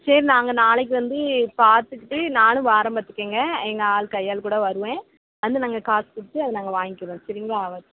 சரி நாங்கள் நாளைக்கு வந்து பார்த்துக்கிட்டு நானும் வரேன் பார்த்துக்கங்க எங்கள் ஆள் கையாள் கூட வருவேன் வந்து நாங்கள் காசு கொடுத்து அதை நாங்கள் வாங்கிக்கிறோம் சரிங்களா ஆ வச்சுட்றேன்